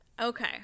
Okay